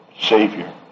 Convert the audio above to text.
Savior